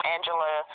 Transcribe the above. Angela